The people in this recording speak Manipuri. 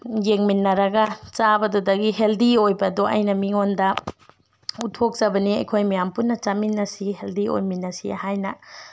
ꯌꯦꯡꯃꯤꯟꯅꯔꯒ ꯆꯥꯕꯗꯨꯗꯒꯤ ꯍꯦꯜꯗꯤ ꯑꯣꯏꯕꯗꯣ ꯑꯩꯅ ꯃꯤꯉꯣꯟꯗ ꯎꯠꯊꯣꯛꯆꯕꯅꯦ ꯑꯩꯈꯣꯏ ꯃꯌꯥꯝ ꯄꯨꯟꯅ ꯆꯥꯃꯤꯟꯅꯁꯤ ꯍꯦꯜꯗꯤ ꯑꯣꯏꯃꯤꯟꯅꯁꯤ ꯍꯥꯏꯅ